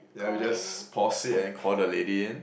yeah we just pause it and call the lady in